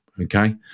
Okay